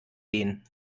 gehen